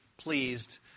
pleased